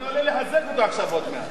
אני עולה לחזק אותו עכשיו עוד מעט.